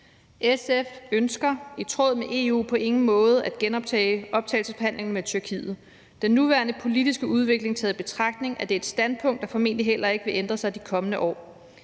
SF ønsker i tråd med EU på ingen måde at genoptage optagelsesforhandlingerne med Tyrkiet. Den nuværende politiske udvikling taget i betragtning er det et standpunkt, der formentlig heller ikke vil ændre sig i de kommende år.